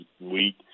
week